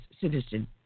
citizen